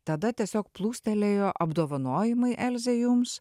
tada tiesiog plūstelėjo apdovanojimai elze jums